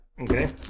Okay